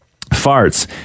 farts